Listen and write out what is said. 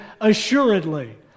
Assuredly